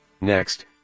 Next